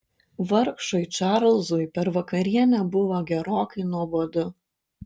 vargšui čarlzui per vakarienę buvo gerokai nuobodu